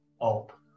up